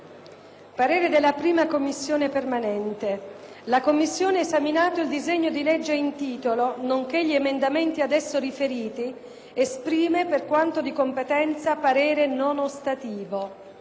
«La 1a Commissione permanente, esaminato il disegno di legge in titolo, nonché gli emendamenti ad esso riferiti, esprime, per quanto di competenza, parere non ostativo».